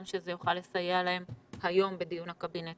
שזה יוכל לסייע להם היום בדיון הקבינט.